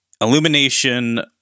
Illumination